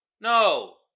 No